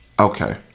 Okay